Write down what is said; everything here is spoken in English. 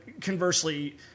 conversely